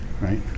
right